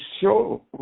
show